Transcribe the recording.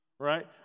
right